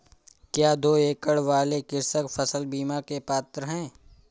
क्या दो एकड़ वाले कृषक फसल बीमा के पात्र हैं?